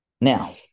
Now